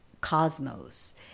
cosmos